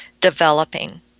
developing